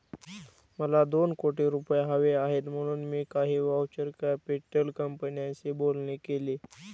मला दोन कोटी रुपये हवे आहेत म्हणून मी काही व्हेंचर कॅपिटल कंपन्यांशी बोलणी केली